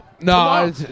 No